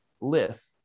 lith